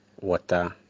water